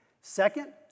Second